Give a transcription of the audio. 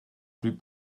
plus